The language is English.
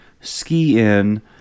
ski-in